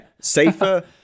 safer